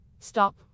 stop